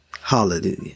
Hallelujah